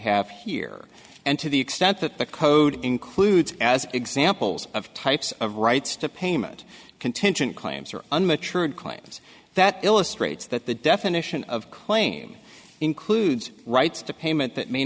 have here and to the extent that the code includes as examples of types of rights to payment contingent claims or an mature and claims that illustrates that the definition of claim includes rights to payment that may